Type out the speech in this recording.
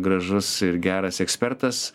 gražus ir geras ekspertas